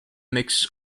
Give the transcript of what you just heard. mix